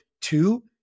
two